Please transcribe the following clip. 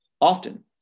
often